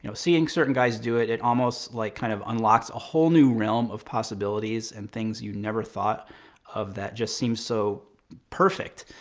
you know seeing certain guys do it, it almost like kind of unlocks a whole new realm of possibilities and things you never thought of that just seems so perfect,